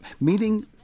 meeting